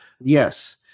Yes